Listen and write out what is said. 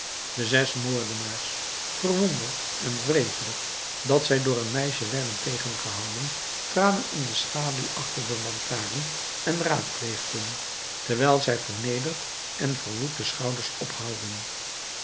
de zes moordenaars verwonderd en wrevelig dat zij door een meisje werden tegengehouden traden in de schaduw achter de lantaarn en raadpleegden terwijl zij vernederd en verwoed de schouders ophaalden